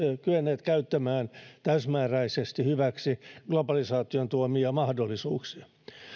kyenneet käyttämään täysimääräisesti hyväksi globalisaation tuomia mahdollisuuksia